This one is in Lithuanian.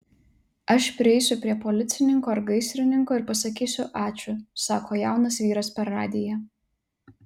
aš prieisiu prie policininko ar gaisrininko ir pasakysiu ačiū sako jaunas vyras per radiją